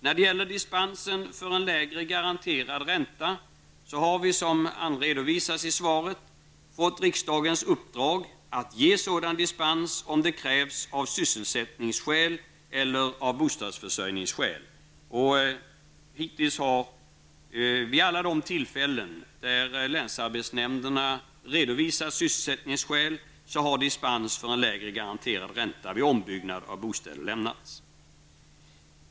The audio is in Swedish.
Som redovisas i svaret har vi fått riksdagens uppdrag att ge dispens för en lägre garanterad ränta om så skulle krävas av sysselsättningskäl eller av bostadsförsörjningsskäl. Vid alla tillfällen då länsarbetsnämnderna har redovisat sysselsättningsskäl har dispens för en lägre garanterad ränta vid ombyggnad av bostäder lämnats.